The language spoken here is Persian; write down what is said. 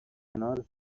کنار